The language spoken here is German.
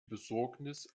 besorgnis